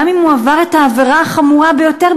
גם אם הוא עבר את העבירה החמורה ביותר,